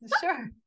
sure